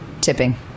Tipping